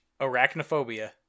Arachnophobia